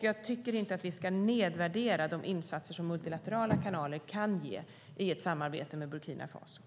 Jag tycker inte att vi ska nedvärdera de insatser som multilaterala kanaler kan göra i ett samarbete med Burkina Faso.